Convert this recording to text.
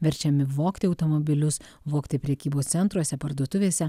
verčiami vogti automobilius vogti prekybos centruose parduotuvėse